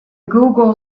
google